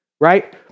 right